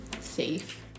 safe